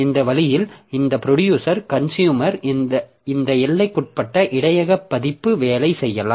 இந்த வழியில் இந்த ப்ரொடியூசர் கன்சுயூமர் இந்த எல்லைக்குட்பட்ட இடையக பதிப்பு வேலை செய்யலாம்